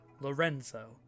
Lorenzo